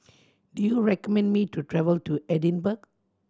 do you recommend me to travel to Edinburgh